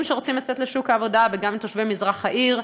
שרוצים לצאת לשוק העבודה וגם עם תושבי מזרח העיר.